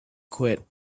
quit